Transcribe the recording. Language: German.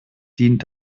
dient